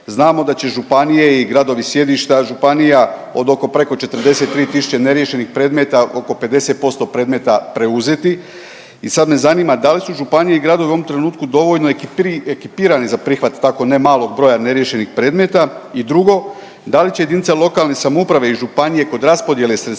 Znamo da će županije i gradovi sjedišta županija od oko preko 43 tisuće neriješenih predmeta, oko 50% predmeta preuzeti i sad me zanima da li su županije i gradovi u ovom trenutku dovoljno ekipirane za prihvat tako ne malog broja neriješenih predmeta i drugo, da li će JLS i županije kod raspodjele sredstava